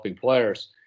players